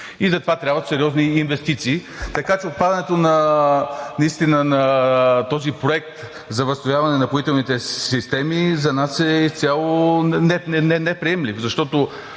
и затова трябват сериозни инвестиции. Така че отпадането на този проект за възстановяване на напоителните системи за нас е изцяло неприемлив. Защото